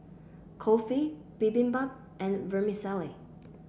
Kulfi Bibimbap and Vermicelli